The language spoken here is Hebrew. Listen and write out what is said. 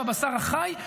בבשר החי.